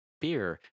beer